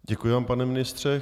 Děkuji vám, pane ministře.